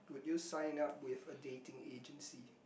would you sign up with a dating agency